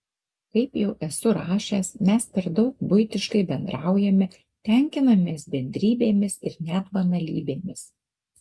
kaip jau esu rašęs mes per daug buitiškai bendraujame tenkinamės bendrybėmis ir net banalybėmis